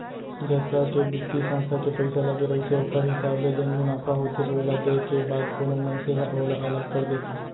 जतका के बित्तीय संस्था के पइसा लगे रहिथे ओखर हिसाब ले जेन मुनाफा होथे ओला देय के बाद कोनो मनसे ह ओला अलग कर देथे